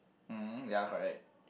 mm ya correct